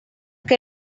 que